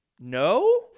No